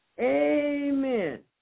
Amen